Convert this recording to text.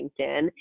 linkedin